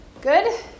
Good